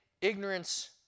ignorance